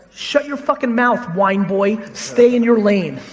shut your fucking mouth, wine boy. stay in your lane.